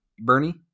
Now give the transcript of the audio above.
Bernie